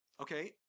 Okay